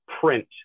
print